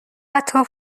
حتی